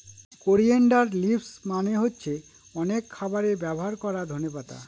coriander leaves মানে হচ্ছে অনেক খাবারে ব্যবহার করা ধনে পাতা